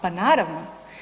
Pa naravno.